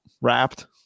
wrapped